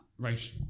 Right